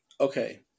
Okay